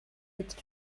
with